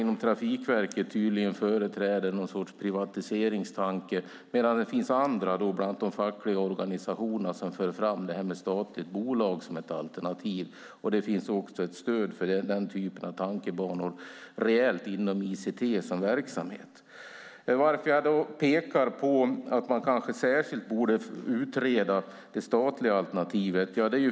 Inom Trafikverket företräder man tydligen någon sorts privatiseringstanke, medan andra, bland annat de fackliga organisationerna, för fram detta med ett statligt bolag som ett alternativ. Det finns också ett stöd för den typen av tankar reellt inom ICT som verksamhet. Varför pekar jag på att man kanske särskilt borde utreda det statliga alternativet?